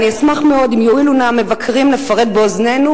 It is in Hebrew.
אני אשמח מאוד אם יואילו נא המבקרים לפרט באוזנינו